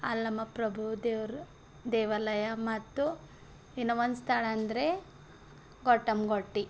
ಅಲ್ಲಮ್ಮಪ್ರಭು ದೇವರ ದೇವಾಲಯ ಮತ್ತು ಇನ್ನೂ ಒಂದು ಸ್ಥಳ ಅಂದರೆ ಗೊಟ್ಟಮ್ ಗುಟ್ಟಾ